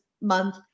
month